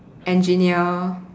engineer